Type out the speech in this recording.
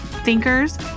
Thinkers